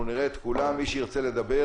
אנחנו נראה את כולם ומי שירצה לדבר,